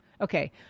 Okay